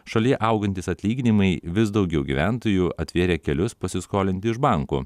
šalyje augantys atlyginimai vis daugiau gyventojų atvėrė kelius pasiskolinti iš bankų